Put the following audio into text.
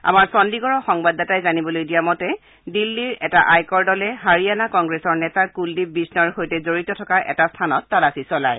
আমাৰ চণ্ডীগড়ৰ সংবাদদাতাই জানিবলৈ দিয়া মতে দিল্নীৰ এটা আয়কৰ দলে হাৰিয়ানা কংগ্ৰেছৰ নেতা কুলদ্বীপ বিষ্ণইৰ সৈতে জড়িত থকা এটা স্থানত তালাচী চলায়